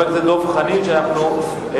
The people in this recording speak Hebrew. בעד, 23, אין מתנגדים, אין נמנעים.